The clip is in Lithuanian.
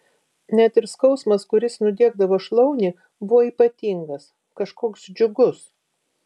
net ir skausmas kuris nudiegdavo šlaunį buvo ypatingas kažkoks džiugus